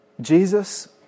Jesus